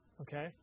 Okay